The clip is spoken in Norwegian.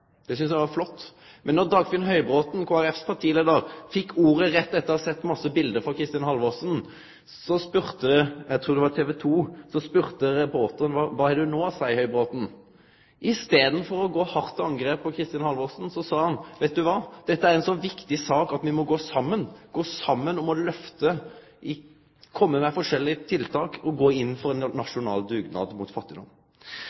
Det syntest eg var flott. Då Dagfinn Høybråten, Kristeleg Folkepartis partileiar, fekk ordet rett etter å ha sett mange bilete frå debatten med Kristin Halvorsen, spurde – eg trur det var på TV 2 – reporteren: Kva har du no å seie, Høybråten? I staden for å gå hardt til angrep på Kristin Halvorsen sa han: Veit du kva, dette er ei så viktig sak at me må gå saman, gå saman om å lyfte, kome med forskjellige tiltak og gå inn for ein